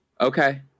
Okay